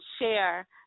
share